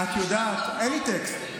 אין לי טקסט.